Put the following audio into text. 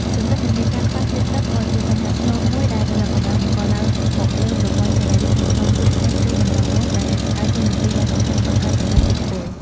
ទន្ទឹមនឹងនេះ ការខ្វះជាតិទឹកក៏ជាបញ្ហាស្នូលមួយដែលរលកកម្ដៅបង្កឡើងមកលើប្រព័ន្ធសរីរាង្គខាងក្នុង ជាពិសេសគឺតម្រងនោមដែលដើរតួនាទីយ៉ាងសំខាន់ក្នុងការចម្រោះជាតិពុល។